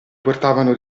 portavano